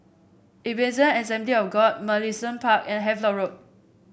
Ebenezer Assembly of God Mugliston Park and Havelock Road